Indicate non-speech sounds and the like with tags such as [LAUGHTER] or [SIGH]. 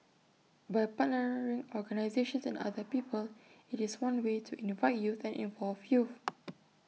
by partnering organisations and other people IT is one way to invite youth and involve youth [NOISE]